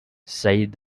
said